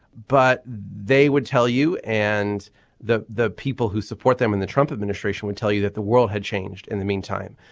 but they would tell you and the the people who support them in the trump administration would tell you that the world had changed in the meantime.